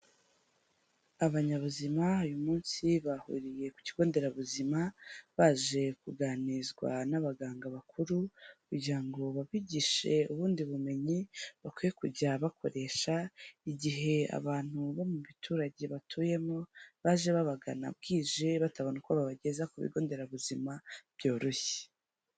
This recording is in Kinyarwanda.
Abanyabuzima uyu munsi bahuriye ku kigo nderabuzima baje kuganirizwa n'abaganga bakuru, kugira ngo babigishe ubundi bumenyi bakwiye kujya bakoresha, igihe abantu bo mu biturage batuyemo baje babagana bwije batabona uko babageza ku bigo nderabuzima byoroshye.